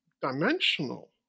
dimensional